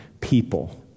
people